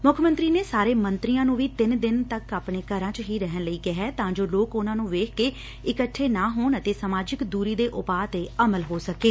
ਮੁੱਖ ਮੰਤਰੀ ਨੇ ਸਾਰੇ ਮੰਤਰੀਆਂ ਨੂੰ ਵੀ ਤਿੰਨ ਦਿਨ ਤੱਕ ਘਰਾਂ ਚ ਹੀ ਰਹਿਣ ਲਈ ਕਿਹੈ ਤਾਂ ਜੋ ਲੋਕ ਉਨਾਂ ਨੂੰ ਵੇਖ ਕੇ ਇਕੱਠੇ ਨਾ ਹੋਣ ਅਤੇ ਸਮਾਜਿਕ ਦੁਰੀ ਦੇ ਉਪਾਅ ਤੇ ਅਮਲ ਹੋ ਸਕੇ